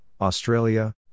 Australia